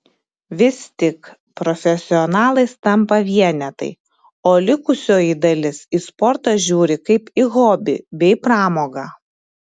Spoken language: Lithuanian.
vis tik profesionalais tampa vienetai o likusioji dalis į sportą žiūri kaip į hobį bei pramogą